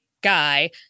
Guy